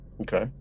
Okay